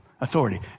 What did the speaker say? authority